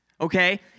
Okay